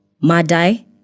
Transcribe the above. Madai